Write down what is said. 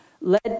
led